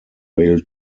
rail